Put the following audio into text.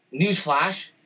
newsflash